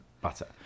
butter